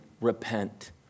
Repent